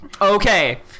Okay